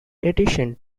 edition